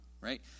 right